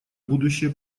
будущие